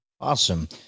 Awesome